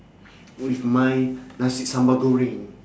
oh it's my nasi sambal goreng